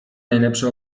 najlepsze